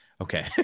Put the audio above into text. Okay